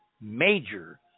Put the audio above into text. major